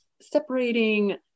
Separating